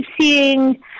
seeing